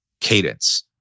cadence